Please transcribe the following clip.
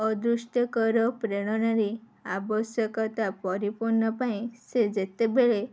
ଅଦୃଷ୍ଟ୍ୟକର ପ୍ରେରଣାରେ ଆବଶ୍ୟକତା ପରିପୂର୍ଣ୍ଣ ପାଇଁ ସେ ଯେତେବେଳେ